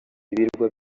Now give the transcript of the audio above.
ibirwa